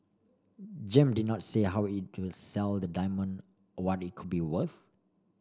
Gem did not say how it will sell the diamond what it could be worth